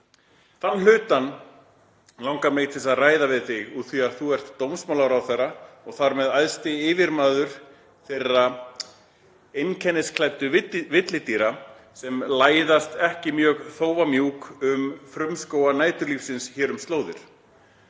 þann hlutann langar mig til að ræða við þig, úrþví þú ert nú dómsmálaráðherra og þar með æðsti yfirmaður þeirra einkennisklæddu villidýra sem læðast, ekki mjög þófamjúk, um frumskóga næturlífsins hér um slóðir.